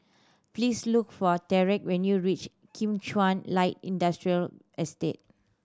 please look for Tyrek when you reach Kim Chuan Light Industrial Estate